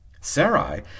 Sarai